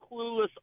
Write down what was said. clueless